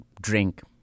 drink